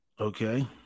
Okay